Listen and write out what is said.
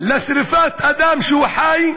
לשרפת אדם שהוא חי,